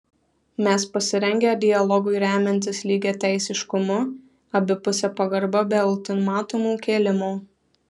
mes pasirengę dialogui remiantis lygiateisiškumu abipuse pagarba be ultimatumų kėlimo